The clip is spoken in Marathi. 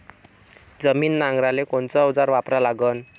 जमीन नांगराले कोनचं अवजार वापरा लागन?